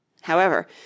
However